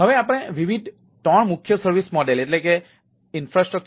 હવે આપણે વિવિધ 3 મુખ્ય સર્વિસ મોડેલ IaaS PaaS અને SaaS જોઈએ